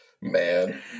man